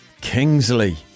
Kingsley